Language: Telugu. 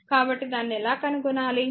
కాబట్టి దాన్ని ఎలా కనుగొనాలి